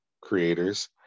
creators